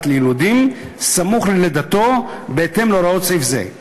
ליילודים סמוך ללידתו בהתאם להוראות סעיף זה,